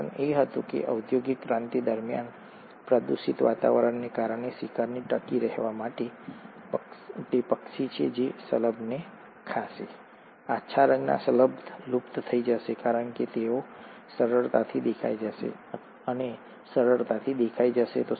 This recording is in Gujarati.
કારણ એ હતું કે ઔદ્યોગિક ક્રાંતિ દરમિયાન પ્રદૂષિત વાતાવરણને કારણે શિકારને ટકી રહેવા માટે તે પક્ષી છે જે આ શલભને ખાશે આછા રંગના શલભ લુપ્ત થઈ જશે કારણ કે તેઓ સરળતાથી દેખાઈ જશે અને સરળતાથી દેખાઈ જશે